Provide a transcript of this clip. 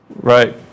Right